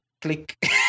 click